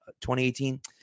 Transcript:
2018